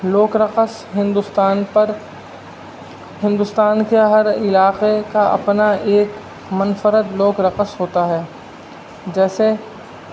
لوک رقص ہندوستان پر ہندوستان کے ہر علاقے کا اپنا ایک منفرد لوک رقص ہوتا ہے جیسے